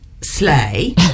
sleigh